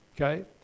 Okay